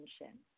attention